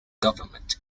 government